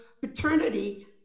paternity